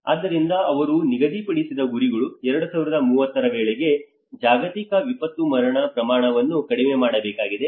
ಆದ್ದರಿಂದ ಅವರು ನಿಗದಿಪಡಿಸಿದ ಗುರಿಗಳು 2030 ರ ವೇಳೆಗೆ ಜಾಗತಿಕ ವಿಪತ್ತು ಮರಣ ಪ್ರಮಾಣವನ್ನು ಕಡಿಮೆ ಮಾಡಬೇಕಾಗಿದೆ